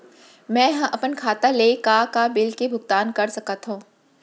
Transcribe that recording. मैं ह अपन खाता ले का का बिल के भुगतान कर सकत हो